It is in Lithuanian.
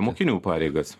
mokinių pareigas